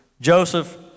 Joseph